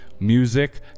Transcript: music